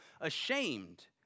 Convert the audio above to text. ashamed